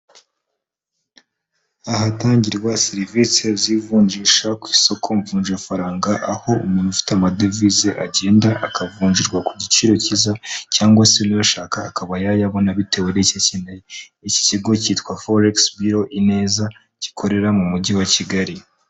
Ahatangirwa serivise z'ivunjisha ku isoko mvunjafaranga, aho umuntu ufite amadevize agenda akavungirwa ku giciro cyiza cyangwa se niba ayashaka akaba yayabona bitewe n'icyo akeneye. Iki kigo cyitwa foregisi biro Ineza gikorera mu mujyi wa Kigali.